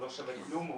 הוא לא שווה כלום,